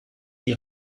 die